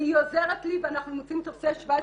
והיא עוזרת לי ואנחנו מוציאים טפסי 17